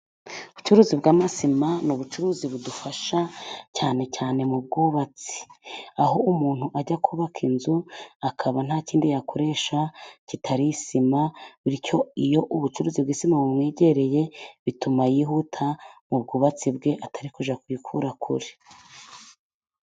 Ubucuruzi bwa masima ni ubucuruzi budufasha cyane cyane mu bwubatsi, aho umuntu ajya kubaka inzu akaba nta kindi yakoresha kitari isima. Bityo iyo ubucuruzi bw'isima bumwegereye bituma yihuta mu bwubatsi bwe atari kujya kuyikura kure.